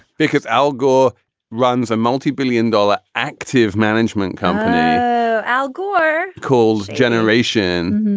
because al gore runs a multi-billion dollar active management company al gore calls generation.